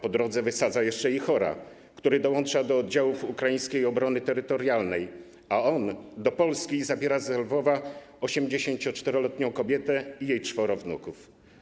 Po drodze wysadza jeszcze Ihora, który dołącza do oddziałów ukraińskiej obrony terytorialnej, a on do Polski zabiera ze Lwowa 84-letnią kobietę i jej czworo wnuków.